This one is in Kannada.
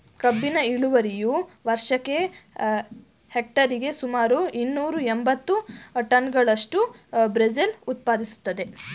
ಕಬ್ಬಿನ ಇಳುವರಿಯು ವರ್ಷಕ್ಕೆ ಹೆಕ್ಟೇರಿಗೆ ಸುಮಾರು ಇನ್ನೂರ ಎಂಬತ್ತು ಟನ್ಗಳಷ್ಟು ಬ್ರೆಜಿಲ್ ಉತ್ಪಾದಿಸ್ತದೆ